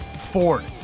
Ford